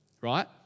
right